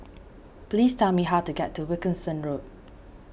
please tell me how to get to Wilkinson Road